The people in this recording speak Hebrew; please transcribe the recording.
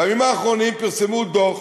בימים האחרונים פרסמו דוח